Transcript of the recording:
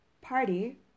Party